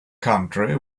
country